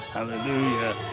Hallelujah